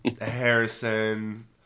Harrison